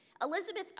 Elizabeth